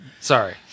Sorry